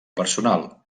personal